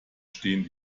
stehen